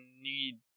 need